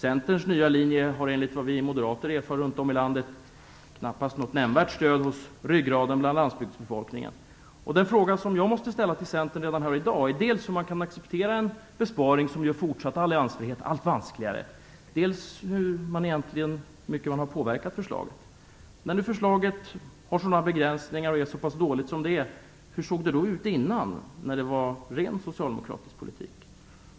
Centerns nya linje har enligt vad vi moderater erfar runt om i landet knappast något nämnvärt stöd hos ryggraden bland landsbygdsbefolkningen. Den fråga som jag måste ställa till Centern redan i dag gäller dels hur man kan acceptera en besparing som gör fortsatt alliansfrihet allt vanskligare, dels hur mycket man egentligen har påverkat förslaget. Med tanke på att förslaget har sådana begränsningar och är så pass dåligt som det är undrar jag hur det såg ut innan, när det var ren socialdemokratisk politik.